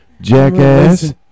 Jackass